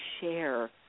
share